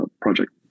project